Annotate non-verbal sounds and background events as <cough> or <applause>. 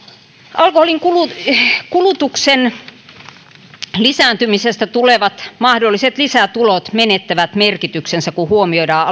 alkoholin kulutuksen lisääntymisestä tulevat mahdolliset lisätulot menettävät merkityksensä kun huomioidaan <unintelligible>